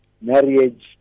marriage